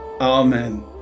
amen